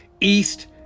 east